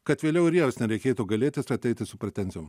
kad vėliau ir jiems nereikėtų gailėtis ir ateiti su pretenzijom